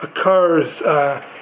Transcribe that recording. occurs